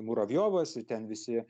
muravjovas ir ten visi